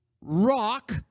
rock